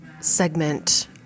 segment